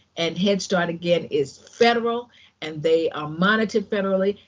and head start, again, is federal and they are monitored federally,